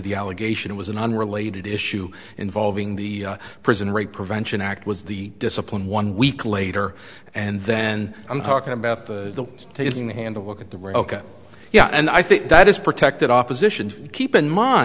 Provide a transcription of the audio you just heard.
the allegation it was an unrelated issue involving the prison rape prevention act was the discipline one week later and then i'm talking about the taking the handle look at the rocha yeah and i think that is protected opposition to keep in m